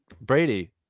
Brady